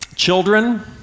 Children